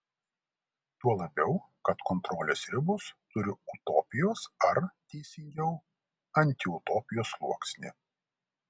tuo labiau kad kontrolės ribos turi utopijos ar teisingiau antiutopijos sluoksnį